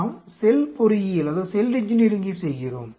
நாம் செல் பொறியியலைச் செய்கிறோம்